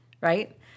right